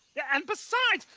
yeah and besides,